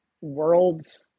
worlds